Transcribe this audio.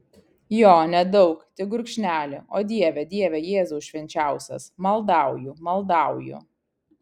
jo nedaug tik gurkšnelį o dieve dieve jėzau švenčiausias maldauju maldauju